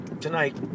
tonight